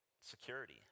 security